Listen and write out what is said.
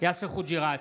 יאסר חוג'יראת,